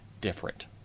different